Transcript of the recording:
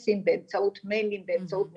מיילים ובאמצעות מכתבים,